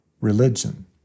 religion